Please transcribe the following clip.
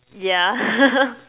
ya